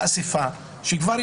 עד אסיפה.